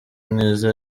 mwiza